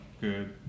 good